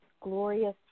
glorious